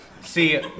See